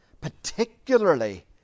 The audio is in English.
particularly